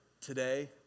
today